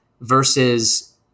versus